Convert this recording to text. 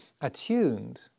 attuned